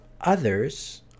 others